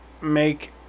make